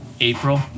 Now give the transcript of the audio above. April